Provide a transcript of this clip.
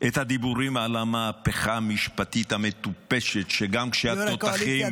את הדיבורים על המהפכה המשפטית המטופשת -- יו"ר הקואליציה,